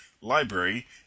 library